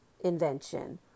invention